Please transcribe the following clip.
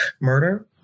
murder